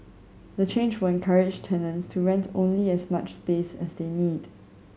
the change will encourage tenants to rent only as much space as they need